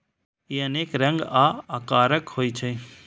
ई अनेक रंग आ आकारक होइ छै